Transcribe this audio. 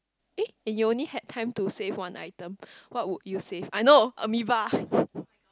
eh you only had time to save one item what would you save I know Ameva